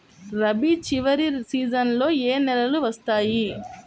రబీ చివరి సీజన్లో ఏ నెలలు వస్తాయి?